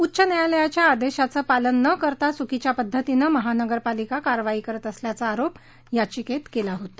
उच्च न्यायालयाच्या आदेशाचं पालन नं करता चुकीच्या पद्धतीनं महापालिका कारवाई करीत असल्याचा आरोप याचिकेत केला होता